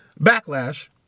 Backlash